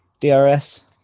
DRS